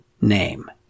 name